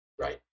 right